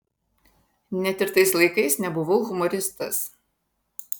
net ir tais laikais nebuvau humoristas